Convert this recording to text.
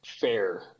fair